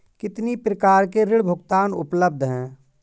कितनी प्रकार के ऋण भुगतान उपलब्ध हैं?